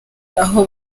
aho